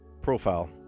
profile